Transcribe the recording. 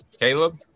Caleb